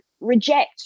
reject